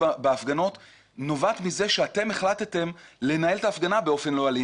בהפגנות נובעת מזה שאתם החלטתם לנהל את ההפגנה באופן לא אלים